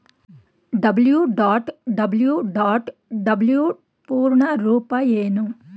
WWW ಪೂರ್ಣ ರೂಪ ಏನು?